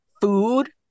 food